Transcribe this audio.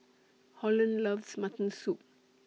Holland loves Mutton Soup